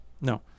No